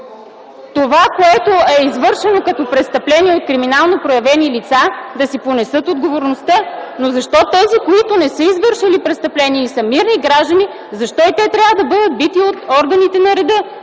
това, което е извършено като престъпление от криминално проявени лица, да си понесат отговорността, но защо тези, които не са извършили престъпление и са мирни граждани, защо и те трябва да бъдат бити от органите на реда?